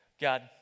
God